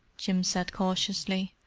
jim said cautiously.